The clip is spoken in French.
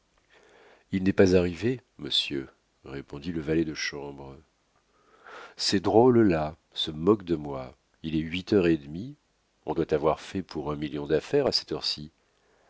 il n'est pas arrivé monsieur répondit le valet de chambre ces drôles là se moquent de moi il est huit heures et demie on doit avoir fait pour un million d'affaires à cette heure-ci